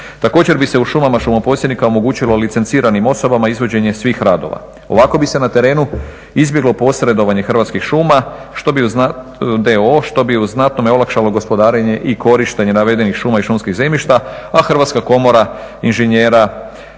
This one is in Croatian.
Također bi se u šumama šumoposjednika omogućilo licenciranim osobama izvođenje svih radova. Ovako bi se na terenu izbjeglo posredovanje Hrvatskih šuma d.o.o. što bi u znatnome olakšalo gospodarenje navedenih šuma i šumskih zemljišta, a Hrvatska komora inženjera